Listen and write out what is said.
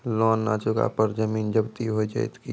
Loan न चुका पर जमीन जब्ती हो जैत की?